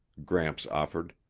gramps offered.